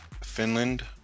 finland